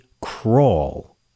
crawl